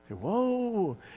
Whoa